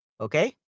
Okay